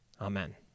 Amen